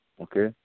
Okay